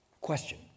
question